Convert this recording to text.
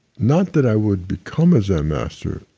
not that i would become a zen master,